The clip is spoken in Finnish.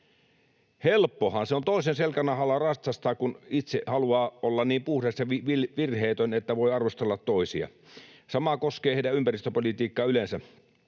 Helppohan se on toisen selkänahalla ratsastaa, kun itse haluaa olla niin puhdas ja virheetön, että voi arvostella toisia. Sama koskee heidän ympäristöpolitiikkaansa yleensä: